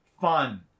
fun